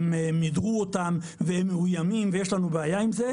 הם מידרו אותנו והם מאוימים ויש לנו בעיה עם זה,